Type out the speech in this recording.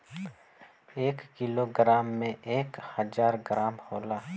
एक किलोग्राम में एक हजार ग्राम होला